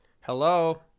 Hello